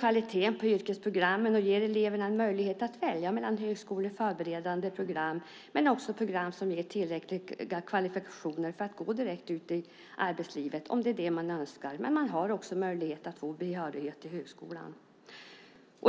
Kvaliteten på yrkesprogrammen höjs. Och eleverna ges en möjlighet att välja mellan högskoleförberedande program eller program som ger tillräckliga kvalifikationer för att man ska kunna gå direkt ut i arbetslivet, om det är det man önskar. Men man har också möjlighet att få behörighet till högskolan.